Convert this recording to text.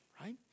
right